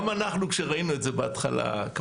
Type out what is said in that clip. גם כשאנחנו ראינו את זה בהתחלה קפצנו,